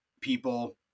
people